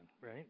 right